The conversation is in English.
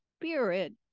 spirit